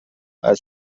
als